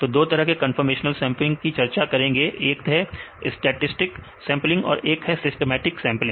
तो दो तरह के कन्फॉर्मेशनल सेंपलिंग की चर्चा करेंगे एक है स्टोकेस्टिक सेंपलिंग और एक सिस्टमैटिक सेंपलिंग